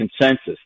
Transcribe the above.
consensus